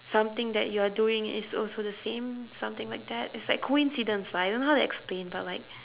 something that you're doing is also the same something like that is like coincidence lah I don't know how to explain but like